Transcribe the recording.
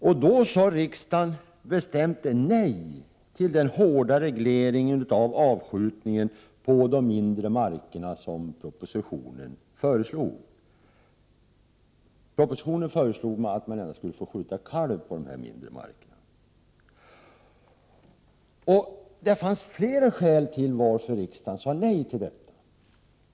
Riksdagen sade då bestämt nej till den hårda reglering av avskjutning på de mindre markerna som föreslogs i propositionen. I propositionen föreslogs att man endast skulle få skjuta kalv på de mindre markerna. Det fanns flera skäl till att riksdagen sade nej till detta.